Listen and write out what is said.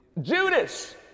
Judas